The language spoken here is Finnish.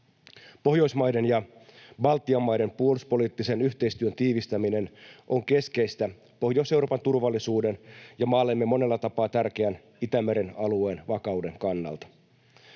Pohjoismaiden ja Baltian maiden puolustuspoliittisen yhteistyön tiivistäminen on keskeistä Pohjois-Euroopan turvallisuuden ja maallemme monella tapaa tärkeän Itämeren alueen vakauden kannalta.